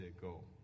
go